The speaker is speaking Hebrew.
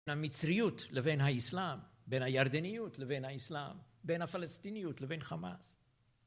המצריות לבין האיסלאם, בין הירדניות לבין האיסלאם, בין הפלסטיניות לבין חמאס.